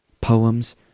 poems